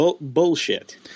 Bullshit